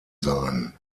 sein